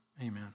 amen